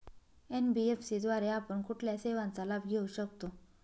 NBFC द्वारे आपण कुठल्या सेवांचा लाभ घेऊ शकतो?